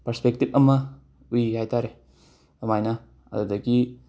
perspective ꯑꯃ ꯎꯏ ꯍꯥꯏ ꯇꯥꯔꯦ ꯑꯗꯨꯃꯥꯏꯅ ꯑꯗꯨꯗꯒꯤ